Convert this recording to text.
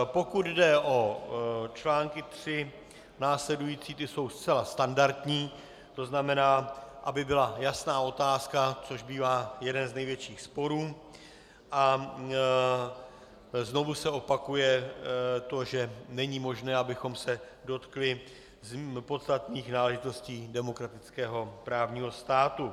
Pokud jde o články 3 následující, ty jsou zcela standardní, to znamená, aby byla jasná otázka, což bývá jeden z největších sporů, a znovu se opakuje to, že není možné, abychom se dotkli podstatných záležitostí demokratického právního státu.